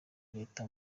leta